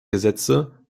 gesetze